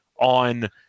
on